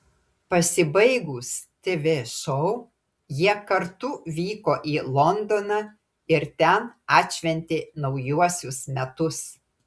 pasibaigus tv šou jie kartu vyko į londoną ir ten atšventė naujuosius metus